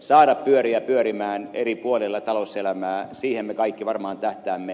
saada pyöriä pyörimään eri puolilla talouselämää siihen me kaikki varmaan tähtäämme